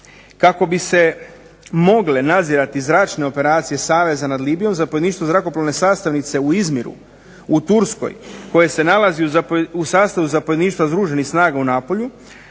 Kako bi se mogle nadzirati zračne operacije saveza nad Libijom zapovjedništvo zrakoplovne sastavnice u Izmiru u Turskoj koje se nalazi u sastavu zapovjedništva združenih snaga u Napulju,